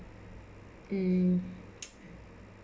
mm